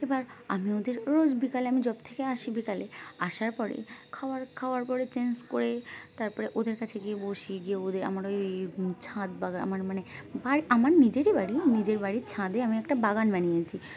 এবার আমি ওদের রোজ বিকালে আমি জব থেকে আসি বিকালে আসার পরে খাওয়ার খাওয়ার পরে চেঞ্জ করে তারপরে ওদের কাছে গিয়ে বসি গিয়ে ওদের আমার ওই ছাদ বাগান আমার মানে বাড়ি আমার নিজেরই বাড়ি নিজের বাড়ির ছাদে আমি একটা বাগান বানিয়েছি